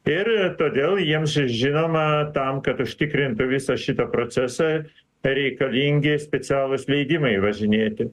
ir todėl jiems čia žinoma tam kad užtikrintų visą šitą procesą reikalingi specialūs leidimai įvažinėti